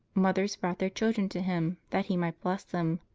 mothers brought their children to him, that he might bless them.